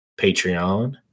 Patreon